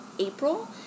April